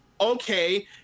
okay